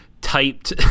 typed